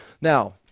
Now